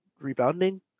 rebounding